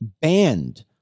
banned